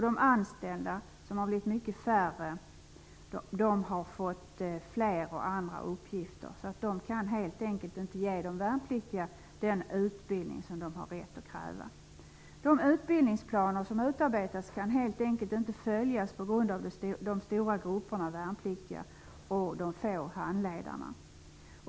De anställda, som har blivit mycket färre, har fått fler och andra uppgifter, vilket gör att de inte kan ge de värnpliktiga den utbildning som de har rätt att kräva. De utbildningsplaner som utarbetats kan helt enkelt inte följas på grund av de stora grupperna värnpliktiga och de få handledarna.